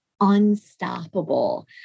unstoppable